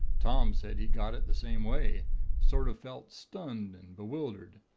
tom said he got it the same way sort of felt stunned and bewildered.